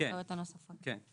הזכאויות הנוספות, נכון?